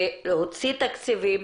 להוציא תקציבים.